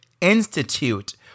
Institute